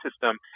system